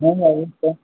ମନ୍ ଲାଗିକି ପଢ଼